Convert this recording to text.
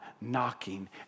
knocking